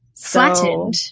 Flattened